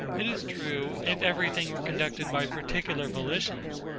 it is true, if everything were conducted by particular volitions,